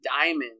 diamond